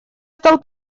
стал